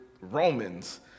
Romans